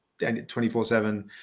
24-7